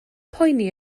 poeni